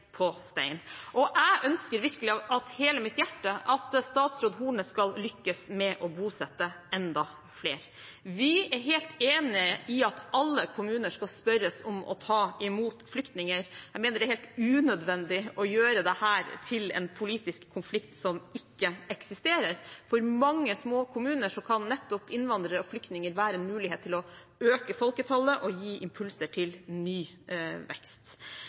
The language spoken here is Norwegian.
bygd stein på stein, og jeg ønsker virkelig av hele mitt hjerte at statsråd Horne skal lykkes med å bosette enda flere. Vi er helt enig i at alle kommuner skal spørres om å ta imot flyktninger. Jeg mener det er helt unødvendig å gjøre dette til en politisk konflikt som ikke eksisterer. For mange små kommuner kan nettopp innvandrere og flyktninger være en mulighet til å øke folketallet og gi impulser til ny vekst.